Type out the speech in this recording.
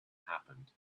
happened